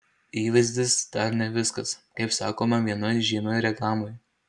įvaizdis dar ne viskas kaip sakoma vienoj žymioj reklamoj